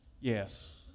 Yes